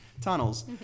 tunnels